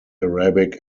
arabic